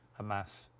hamas